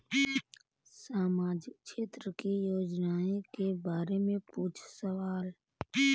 सामाजिक क्षेत्र की योजनाए के बारे में पूछ सवाल?